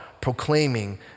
proclaiming